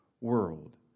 world